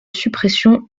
suppression